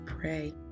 pray